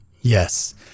yes